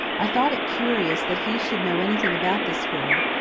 i thought it curious that he should know anything about this girl,